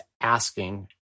asking